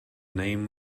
name